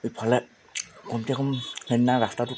ইফালে কমচেকম সেইদিনা ৰাস্তাটোত